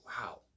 Wow